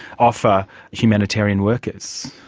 offer humanitarian workers?